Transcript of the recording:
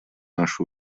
наши